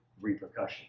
repercussions